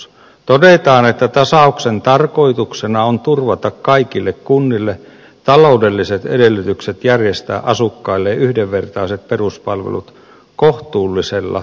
todetaan että tasauksen tarkoituksena on turvata kaikille kunnille taloudelliset edellytykset järjestää asukkailleen yhdenvertaiset peruspalvelut kohtuullisella kunnallisverorasituksella ja maksutasolla